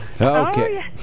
okay